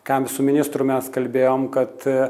ką mes su ministru mes kalbėjom kad